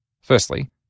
Firstly